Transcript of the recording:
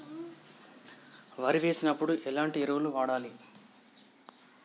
వరి వేసినప్పుడు ఎలాంటి ఎరువులను వాడాలి?